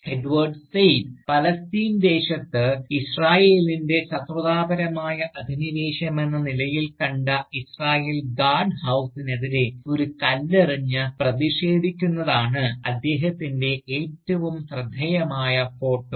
Edward Said Palestine ദേശത്ത് ഇസ്രായേലിൻറെ ശത്രുതാപരമായ അധിനിവേശമെന്ന നിലയിൽ കണ്ട ഇസ്രായേൽ ഗാർഡ്ഹൌസിനെതിരെ ഒരു കല്ലെറിഞ്ഞ് പ്രതിഷേധിക്കുന്നതാണ് അദ്ദേഹത്തിൻറെ ഏറ്റവും ശ്രദ്ധേയമായ ഫോട്ടോ